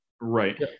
Right